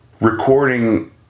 recording